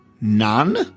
None